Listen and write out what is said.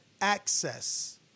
access